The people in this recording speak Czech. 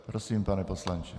Prosím, pane poslanče.